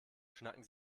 schnacken